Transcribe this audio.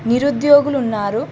నిరుద్యోగులున్నారు